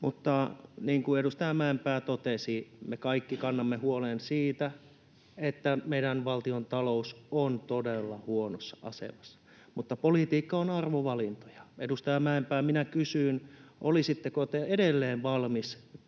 Mutta, niin kuin edustaja Mäenpää totesi, me kaikki kannamme huolta siitä, että meidän valtiontalous on todella huonossa asemassa. Mutta politiikka on arvovalintoja. Edustaja Mäenpää, minä kysyn: olisitteko te edelleen valmis tiputtamaan